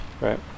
Right